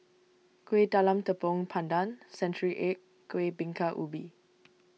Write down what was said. Kuih Talam Tepong Pandan Century Egg Kueh Bingka Ubi